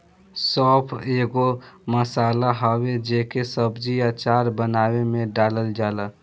सौंफ एगो मसाला हवे जेके सब्जी, अचार बानवे में डालल जाला